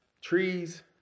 trees